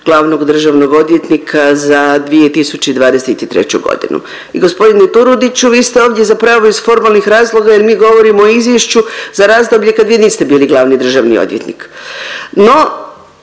glavnog državnog odvjetnika za 2023.g. i g. Turudiću vi ste ovdje zapravo iz formalnih razloga jer mi govorimo o izvješću za razdoblje kad vi niste bili glavni državni odvjetnik. No